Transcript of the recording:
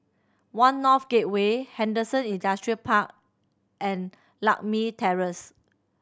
One North Gateway Henderson Industrial Park and Lakme Terrace